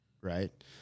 right